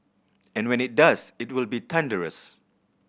and when it does it will be thunderous